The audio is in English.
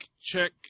check